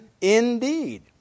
indeed